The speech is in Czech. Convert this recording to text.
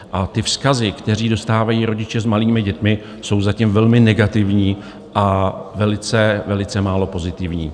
A ty vzkazy, které dostávají rodiče s malými dětmi, jsou zatím velmi negativní a velice, velice málo pozitivní.